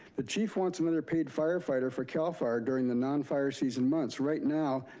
the chief wants another paid firefighter for cal fire during the non-fire season months. right now,